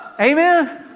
Amen